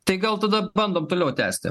tai gal tada bandom toliau tęsti